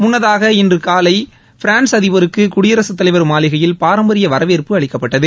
முன்னதாக இன்றுணலை பிரான்ஸ் அதிபருக்கு குடியரசுத் தலைவர் மாளிகையில் பாரம்பரிய வரவேற்பு அளிக்கப்பட்டது